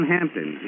Hampton